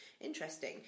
Interesting